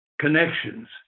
connections